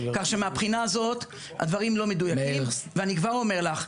כך שמהבחינה הזאת הדברים לא מדויקים ואני כבר אומר לךְ,